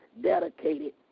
dedicated